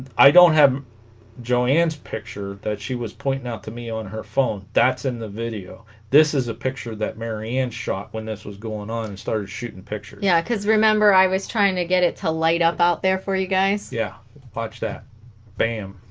i don't have joanne's picture that she was pointing out to me on her phone that's in the video this is a picture that mary ann shot when this was going on and started shooting the picture yeah cuz remember i was trying to get it to light up out there for you guys yeah watch that bam